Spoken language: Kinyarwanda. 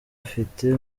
afite